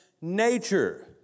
nature